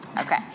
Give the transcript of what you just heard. Okay